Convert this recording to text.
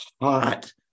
hot